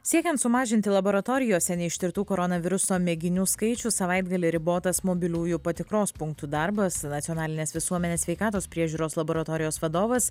siekiant sumažinti laboratorijose neištirtų koronaviruso mėginių skaičių savaitgalį ribotas mobiliųjų patikros punktų darbas nacionalinės visuomenės sveikatos priežiūros laboratorijos vadovas